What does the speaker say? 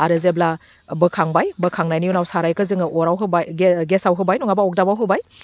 आरो जेब्ला बोखांबाय बोखांनायनि उनाव साराइखौ जोङो अराव होबाय गेसाव होबाय नङाबा अगदाबाव होबाय